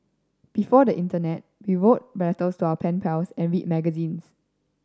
before the internet we wrote letters to our pen pals and read magazines